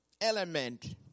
element